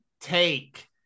take